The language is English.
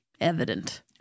evident